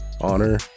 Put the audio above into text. honor